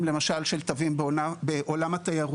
למשל, ישנם מנפיקים קטנים של תווים בעולם התיירות.